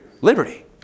Liberty